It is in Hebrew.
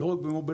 לא רק במובילאיי,